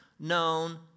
known